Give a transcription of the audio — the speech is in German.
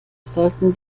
sollten